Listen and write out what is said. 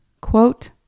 quote